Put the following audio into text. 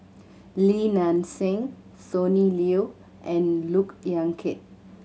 Li Nanxing Sonny Liew and Look Yan Kit